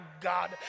God